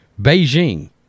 Beijing